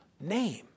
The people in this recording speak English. name